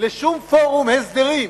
לשום פורום הסדרים,